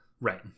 Right